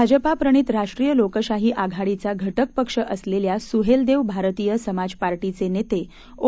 भाजपाप्रणित राष्ट्रीय लोकशाही आघाडीचा घटक पक्ष असलेल्या सुहेलदेव भारतीय समाज पार्टीचे नेते ओ